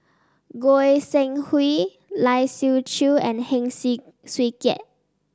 Goi Seng Hui Lai Siu Chiu and Heng Swee Keat